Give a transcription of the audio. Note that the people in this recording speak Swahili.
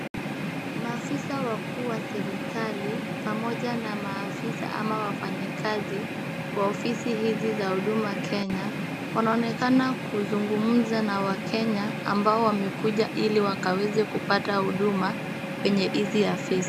Maafisa wakuu wa serikali pamoja na maafisa ama na wafanyikazi wa ofisi hizi za huduma Kenya, wanaonekana kuzungumza na waKenya ambao wamekuja ili waweze kupata huduma kwenye hizi afisi.